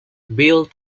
build